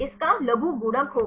इस का लघुगणक होगा